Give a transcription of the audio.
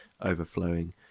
overflowing